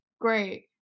great